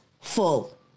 full